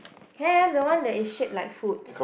ya the one that is shaped like food